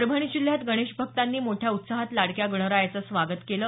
परभणी जिल्ह्यात गणेश भक्तांनी मोठ्या उत्साहात लाडक्या गणरायाचं स्वागत केलं